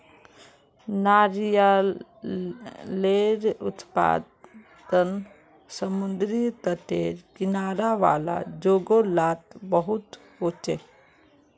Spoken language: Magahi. नारियालेर उत्पादन समुद्री तटेर किनारा वाला जोगो लात बहुत होचे